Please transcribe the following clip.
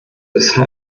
ist